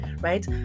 right